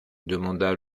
demanda